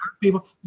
people